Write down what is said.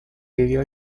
vivió